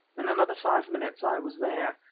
in another five minutes i was there.